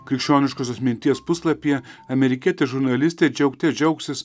krikščioniškosios minties puslapyje amerikietė žurnalistė džiaugtis džiaugsis